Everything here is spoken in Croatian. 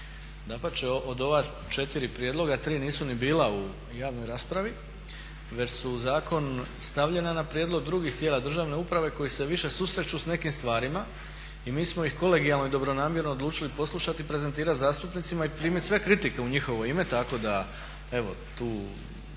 Dapače, od ova četiri prijedloga tri nisu ni bila u javnoj raspravi već su u zakon stavljena na prijedlog drugih tijela državne uprave koji se više susreću s nekim stvarima i mi smo ih kolegijalno i dobronamjerno odlučili poslušat i prezentirat zastupnicima i primit sve kritike u njihovo ime tako da evo tu